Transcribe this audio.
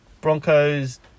Broncos